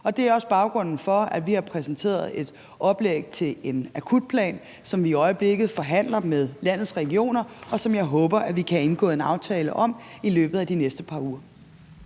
Det er også baggrunden for, at vi har præsenteret et oplæg til en akutplan, som vi i øjeblikket forhandler med landets regioner, og som jeg håber at vi kan indgå en aftale om i løbet af de næste par uger.